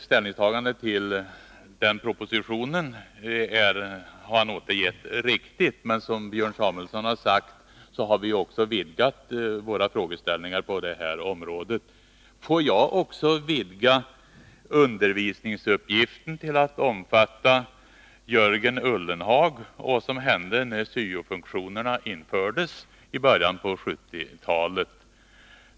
Ställningstagandet till den propositionen har han återgett riktigt, men som Björn Samuelson har sagt har vi också vidgat våra frågeställningar på det här området. Får jag också vidga undervisningsuppgiften till att omfatta Jörgen Ullenhag och vad som hände när syo-funktionerna infördes i början på 1970-talet.